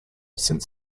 since